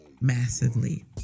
massively